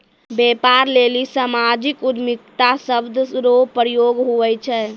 व्यापार लेली सामाजिक उद्यमिता शब्द रो प्रयोग हुवै छै